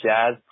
Jazz